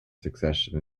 succession